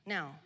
Now